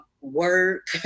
work